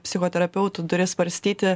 psichoterapeutų duris varstyti